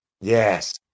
Yes